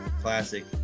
Classic